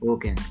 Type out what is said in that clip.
Okay